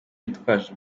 yitwaje